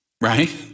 right